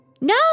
no